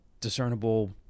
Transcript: discernible